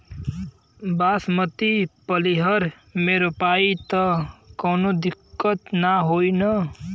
बासमती पलिहर में रोपाई त कवनो दिक्कत ना होई न?